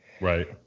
Right